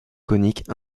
conique